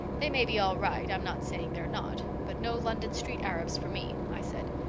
they may be all right i'm not saying they're not but no london street arabs for me i said.